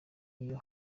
iyo